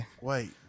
Wait